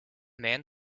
man